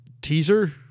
teaser